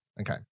Okay